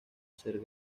ser